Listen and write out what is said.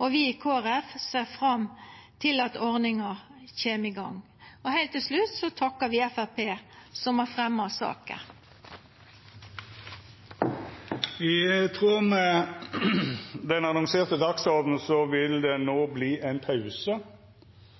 og vi i Kristeleg Folkeparti ser fram til at ordninga kjem i gang. Heilt til slutt takkar eg Framstegspartiet, som har fremja saka. I tråd med den annonserte dagsordenen vert det no ein pause